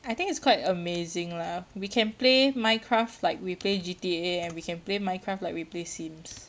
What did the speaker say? I think it's quite amazing lah we can play minecraft like we play G_T_A and we can play minecraft like we play sims